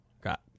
Got